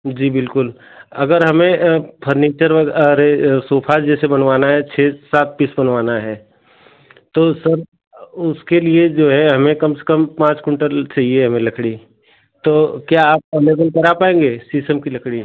जी बिल्कुल अगर हमें फर्निचर और अरे सोफा जैसे बनवाना है छः सात पीस बनवाना है तो सब उसके लिए जो है हमें कम से कम पाँच कुंटल चहिए हमें लकड़ी तो क्या आप अवलेबल कारा पाएँगे शीशम की लकड़ी